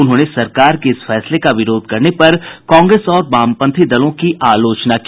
उन्होंने सरकार के इस फैसले का विरोध करने पर कांग्रेस और वामपंथी दलों की आलोचना की